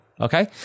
Okay